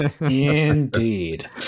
indeed